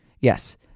Yes